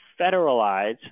federalize